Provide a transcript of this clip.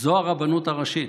זו הרבנות הראשית.